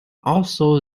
also